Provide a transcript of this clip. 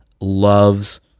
loves